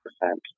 percent